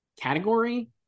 category